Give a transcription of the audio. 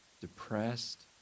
depressed